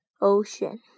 Ocean